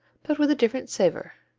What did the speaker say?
but with a different savor.